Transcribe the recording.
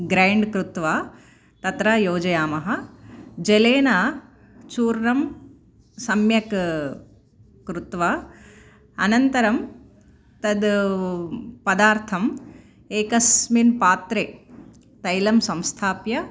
grind कृत्वा तत्र योजयामः जलेन चूर्णं सम्यक् कृत्वा अनन्तरं तद् पदार्थम् एकस्मिन् पात्रे तैलं संस्थाप्य